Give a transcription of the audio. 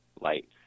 light